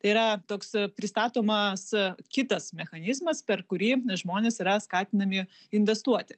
yra toks pristatomas kitas mechanizmas per kurį žmonės yra skatinami investuoti